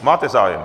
Máte zájem?